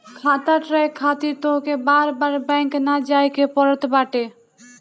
खाता ट्रैक खातिर तोहके बार बार बैंक ना जाए के पड़त बाटे